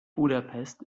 budapest